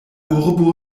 urbo